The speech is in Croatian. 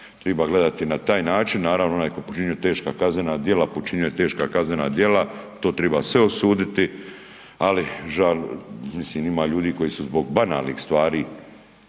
triba gledati na taj način, naravno onaj koji je počinio teška kaznena djela počinio je teška kaznena djela, to triba sve osuditi, ali mislim ima ljudi koji su zbog banalnih stvari